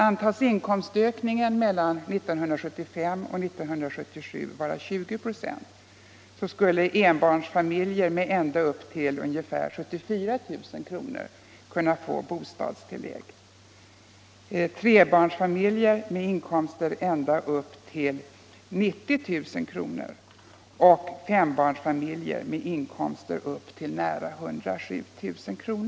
Om inkomstökningen antas vara 20 96 mellan åren 1975 och 1977, så skulle enbarnsfamiljer med ända upp till ungefär 74 000 kr. kunna få bostadstillägg, tvåbarnsfamiljer ända upp till 79 000 kr., trebarnsfamiljer med inkomster upp till drygt 90 000 kr. och fembarnsfamiljer med inkomster upp till nära 107 000 kr.